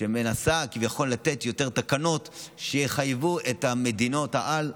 שמנסה כביכול לתת יותר תקנות שיחייבו את מדינות-העל,